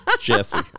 Jesse